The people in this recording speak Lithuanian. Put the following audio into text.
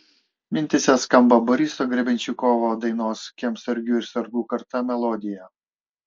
mintyse skamba boriso grebenščikovo dainos kiemsargių ir sargų karta melodija